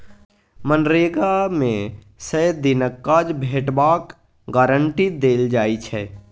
मनरेगा मे सय दिनक काज भेटबाक गारंटी देल जाइ छै